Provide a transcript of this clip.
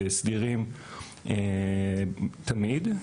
סדירים תמיד.